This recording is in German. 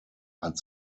hat